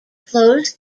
flows